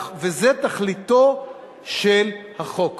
וזה תכליתו של החוק.